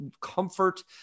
comfort